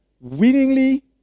willingly